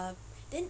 ah then